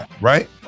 right